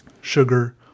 Sugar